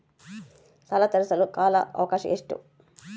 ಸಾಲ ತೇರಿಸಲು ಕಾಲ ಅವಕಾಶ ಎಷ್ಟು?